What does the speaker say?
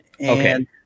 Okay